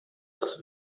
das